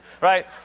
Right